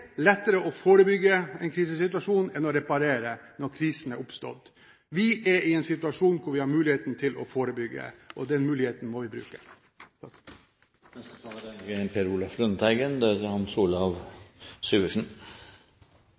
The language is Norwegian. lettere å forebygge en krisesituasjon enn å reparere når krisen har oppstått. Vi er i en situasjon hvor vi har muligheten til å forebygge, og den muligheten må vi bruke. Som flere har vært inne på, er